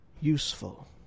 useful